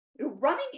running